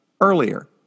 Earlier